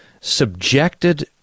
subjected